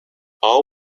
all